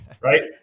right